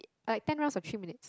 like ten rounds for three minutes